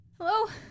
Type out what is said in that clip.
Hello